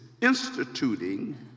instituting